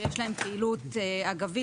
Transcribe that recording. שיש להם פעילות אגבית.